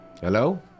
Hello